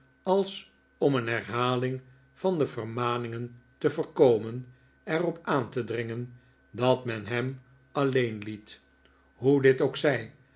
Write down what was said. als om een herhaling van die vermaningen te voorkomen er op aan te dringen dat men hem alleen liet hoe dit ook zij